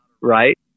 right